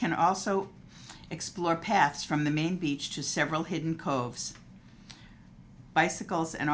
can also explore paths from the main beach to several hidden coves bicycles and